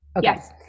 Yes